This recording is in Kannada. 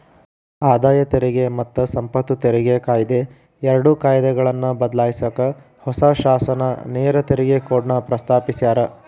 ಆದಾಯ ತೆರಿಗೆ ಮತ್ತ ಸಂಪತ್ತು ತೆರಿಗೆ ಕಾಯಿದೆ ಎರಡು ಕಾಯ್ದೆಗಳನ್ನ ಬದ್ಲಾಯ್ಸಕ ಹೊಸ ಶಾಸನ ನೇರ ತೆರಿಗೆ ಕೋಡ್ನ ಪ್ರಸ್ತಾಪಿಸ್ಯಾರ